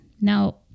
Now